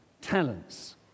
talents